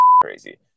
crazy